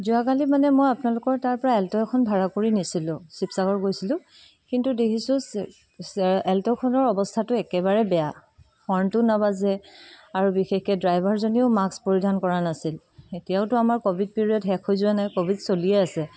যোৱাকালি মানে মই আপোনালোকৰ তাৰ পৰা এল্টো এখন ভাড়া কৰি নিছিলোঁ শিৱসাগৰ গৈছিলোঁ কিন্তু দেখিছোঁ এল্টোখনৰ অৱস্থাটো একেবাৰেই বেয়া হৰ্ণটোও নাবাজে আৰু বিশেষকৈ ড্ৰাইভাৰজনেও মাস্ক পৰিধান কৰা নাছিল এতিয়াওতো আমাৰ ক'ভিড পিৰিয়ড শেষ হৈ যোৱা নাই ক'ভিড চলিয়ে আছে